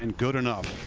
and good enough.